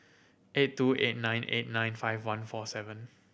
eight two eight nine eight nine five one four seven